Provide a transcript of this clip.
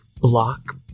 block